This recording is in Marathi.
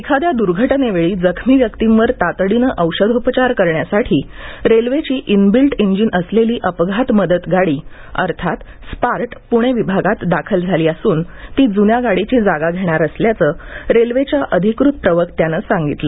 एखाद्या दुर्घटनेवेळी जखमी व्यक्तींवर तातडीनं औषधोपचार करण्यासाठी रेल्वेची इनबिल्ट इंजिन असलेली अपघात मदत गाडी अर्थात स्पार्ट पुणे विभागात दाखल झाली असून ती ज़्न्या गाडीची जागा घेणार असल्याचं रेल्वेच्या अधिकृत प्रवक्त्यानं सांगितलं